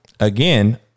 Again